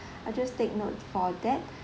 I just take note for that